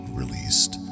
released